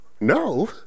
no